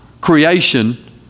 Creation